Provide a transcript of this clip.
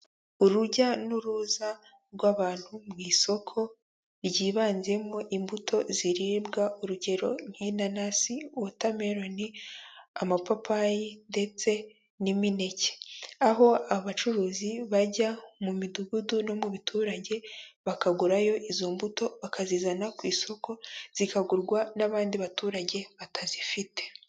Urujya n'uruza rw'abantu mu isoko ryibanzemo imbuto ziribwa, urugero nk'inanasi, watermelon, amapapayi ndetse n'imineke, aho abacuruzi bajya mu midugudu no mu baturage bakagurayo izo mbuto, bakazizana ku isoko zikagurwa n'abandi baturage batazifite.